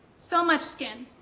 so much skin,